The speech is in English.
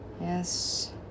Yes